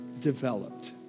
developed